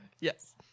Yes